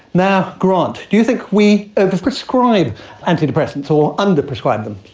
now, grant, do you think we over-prescribe antidepressants or under-prescribe them?